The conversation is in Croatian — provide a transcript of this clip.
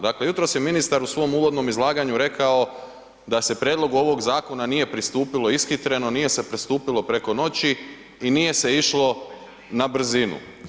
Dakle, jutros je ministar u svom uvodnom izlaganju rekao da se prijedlogu ovog zakona nije pristupilo ishitreno, nije se pristupilo preko noći i nije se išlo na brzinu.